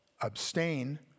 abstain